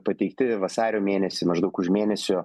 pateikti vasario mėnesį maždaug už mėnesio